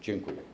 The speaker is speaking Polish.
Dziękuję.